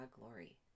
glory